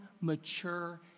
mature